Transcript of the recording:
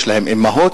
יש להם אמהות,